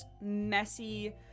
messy